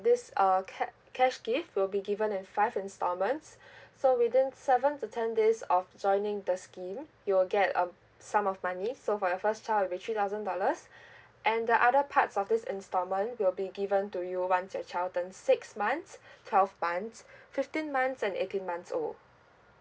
this uh ca~ cash gift will be given in five installments so within seven to ten days of joining the scheme you will get a sum of money so for your first child it will be three thousand dollars and the other parts of this installment will be given to you once your child turn six months twelve months fifteen months and eighteen months old